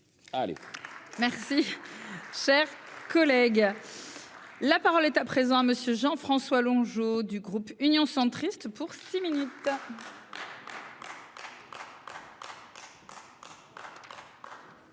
Merci. Cher collègue. La parole est à présent à monsieur Jean-François Longeot du groupe Union centriste pour. Six minutes.